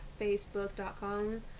facebook.com